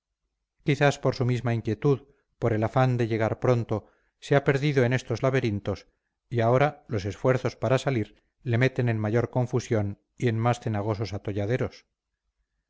quizás por su misma inquietud por el afán de llegar pronto se ha perdido en estos laberintos y ahora los esfuerzos para salir le meten en mayor confusión y en más cenagosos atolladeros